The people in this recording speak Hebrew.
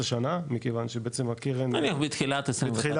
שנה מכיוון שבעצם הקרן --- בתחילת שנה,